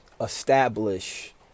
establish